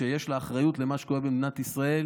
שיש לה אחריות למה שקורה במדינת ישראל,